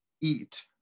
eat